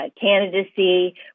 candidacy